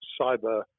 cyber